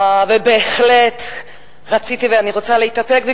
בהחלט רציתי, ואני רוצה להתאפק.